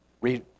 read